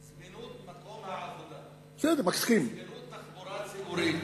זמינות מקום העבודה וזמינות התחבורה הציבורית